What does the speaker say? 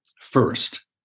first